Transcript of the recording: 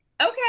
okay